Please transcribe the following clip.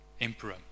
emperor